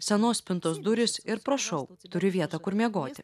senos spintos durys ir prašau turiu vietą kur miegoti